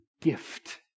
gift